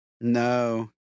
no